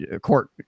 court